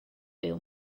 byw